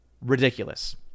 ridiculous